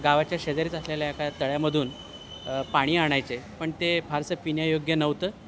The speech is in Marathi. गावाच्या शेजारीच असलेल्या एका तळ्यामधून पाणी आणायचे पण ते फारसं पिण्यायोग्य नव्हतं